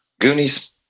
Goonies